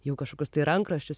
jau kažkokius tai rankraščius